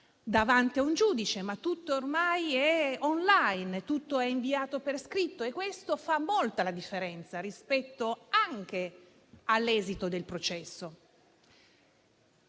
davanti a un giudice, e tutto ormai è *online*, tutto è inviato per scritto e questo fa molto la differenza anche rispetto all'esito del processo.